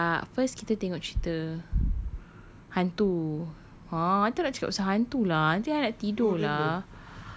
oh tak first kita tengok cerita hantu ah I tak nak cakap pasal hantu lah nanti I nak tidur lah